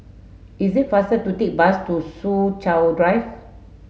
it is faster to take bus to Soo Chow Drive